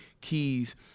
keys